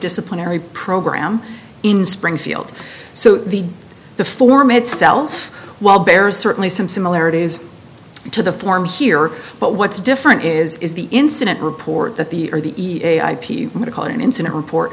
disciplinary program in springfield so the the form itself while bears certainly some similarities to the form here but what's different is is the incident report that the or the e p would call an incident report